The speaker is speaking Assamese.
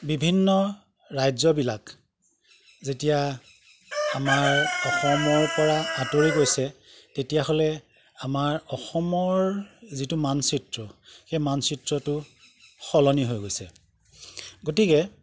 বিভিন্ন ৰাজ্যবিলাক যেতিয়া আমাৰ অসমৰ পৰা আঁতৰি গৈছে তেতিয়াহ'লে আমাৰ অসমৰ যিটো মানচিত্ৰ সেই মানচিত্ৰটো সলনি হৈ গৈছে গতিকে